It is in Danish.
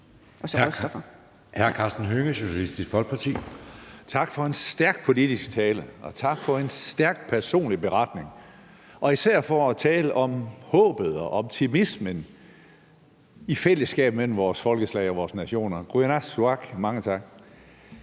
Tak for en stærk politisk tale, og tak for en stærk personlig beretning – og især for at tale om håbet og optimismen i fællesskabet mellem vores folkeslag og vores nationer.